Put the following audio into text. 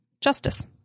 Justice